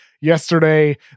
yesterday